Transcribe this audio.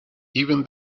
even